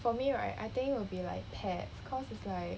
for me right I think it be like pets cause it's like